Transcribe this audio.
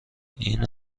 این